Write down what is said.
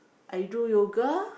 I do yoga